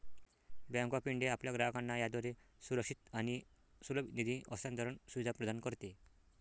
bank of India आपल्या ग्राहकांना याद्वारे सुरक्षित आणि सुलभ निधी हस्तांतरण सुविधा प्रदान करते